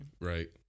Right